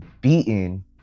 beaten